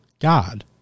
God